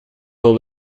all